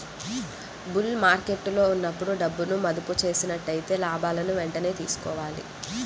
bull మార్కెట్టులో ఉన్నప్పుడు డబ్బును మదుపు చేసినట్లయితే లాభాలను వెంటనే తీసుకోవాలి